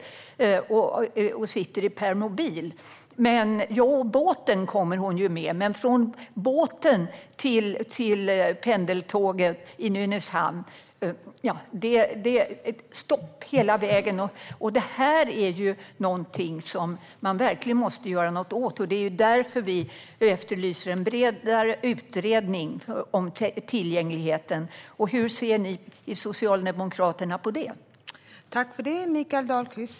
Hon kom med båten, men från båten till pendeltåget i Nynäshamn var det stopp hela vägen. Detta måste man göra något åt, och därför efterlyser vi en bredare utredning om tillgängligheten. Hur ser Socialdemokraterna på det?